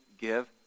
give